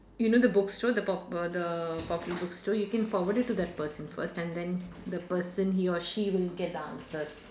you know the bookstore the pop~ uh the popular bookstore you can forward it to that person first and then the person he or she will get the answers